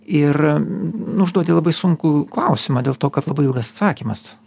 ir nu užduodi labai sunkų klausimą dėl to kad labai ilgas atsakymas